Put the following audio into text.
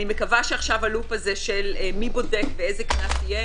ואני מקווה שעכשיו הלופ הזה של מי בודק ואיזה קנס יהיה,